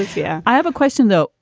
yeah, i have a question, though.